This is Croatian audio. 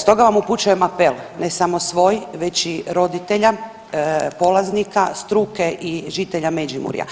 Stoga vam upućujem apel, ne samo svoj, već i roditelja, polaznika, struke i žitelja Međimurja,